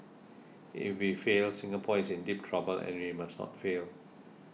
if we fail Singapore is in deep trouble and we must not fail